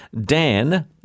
Dan